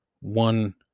one